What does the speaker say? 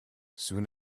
soon